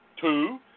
Two